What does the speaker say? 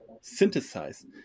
synthesize